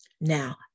Now